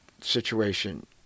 situation